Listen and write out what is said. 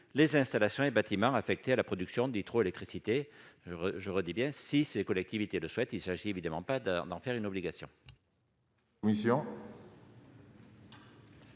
les installations et bâtiments affectés à la production d'hydroélectricité je redis bien si ces collectivités, de fait, il s'agit évidemment pas d'en d'en faire une obligation.